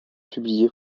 publiés